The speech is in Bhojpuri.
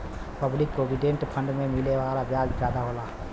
पब्लिक प्रोविडेंट फण्ड पे मिले वाला ब्याज जादा होला